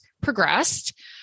progressed